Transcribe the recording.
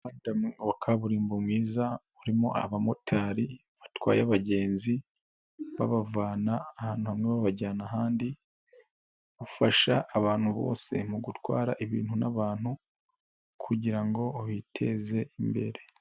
Uhanda wa kaburimbo mwiza urimo abamotari batwaye abagenzi, babavana, ahantu hamwe babajyana ahandi, ufasha abantu bose mu gutwara ibintu n'abantu, kugirango ngo biteze imbere.